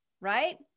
right